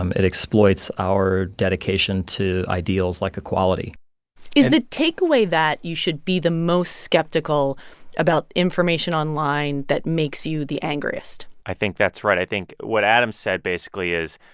um it exploits our dedication to ideals like equality is the takeaway that you should be the most skeptical about information online that makes you the angriest? i think that's right. i think what adams said, basically, is,